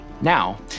Now